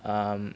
um